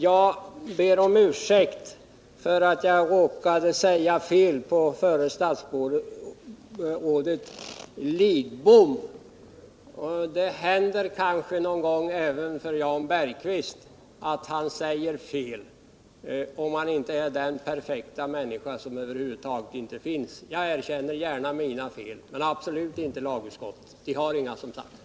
Jag ber om ursäkt för att jag råkade säga fel beträffande förre statsrådet Lidbom. Det händer kanske någon gång att även Jan Bergqvist säger fel — om han inte är den perfekta människa som över huvud taget inte finns. Jag erkänner gärna mina fel men absolut inte lagutskottets. Det har inga, som sagt.